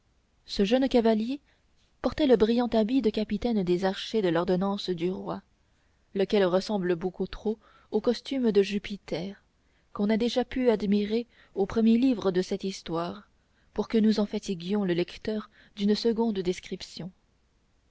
ce jeune cavalier portait le brillant habit de capitaine des archers de l'ordonnance du roi lequel ressemble beaucoup trop au costume de jupiter qu'on a déjà pu admirer au premier livre de cette histoire pour que nous en fatiguions le lecteur d'une seconde description